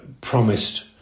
promised